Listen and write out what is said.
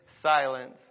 silence